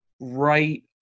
right